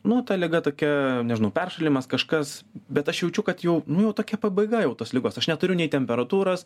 nu ta liga tokia nežinau peršalimas kažkas bet aš jaučiu kad jau nu tokia pabaiga jau tos ligos aš neturiu nei temperatūros